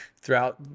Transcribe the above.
throughout